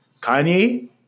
Kanye